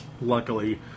luckily